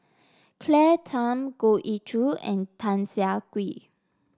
Claire Tham Goh Ee Choo and Tan Siah Kwee